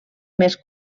més